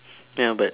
ya but